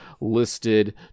listed